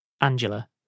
Angela